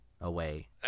away